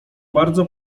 bardzo